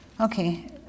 Okay